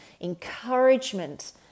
encouragement